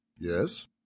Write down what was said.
Yes